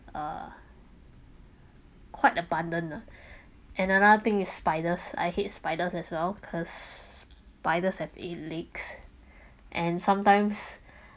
uh quite abundant ah and another thing is spiders I hate spiders as well cause spiders have eight legs and sometimes